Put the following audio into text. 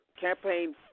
campaign